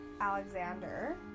Alexander